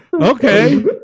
Okay